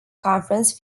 conference